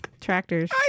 tractors